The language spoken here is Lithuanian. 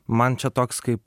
man čia toks kaip